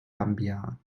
gambia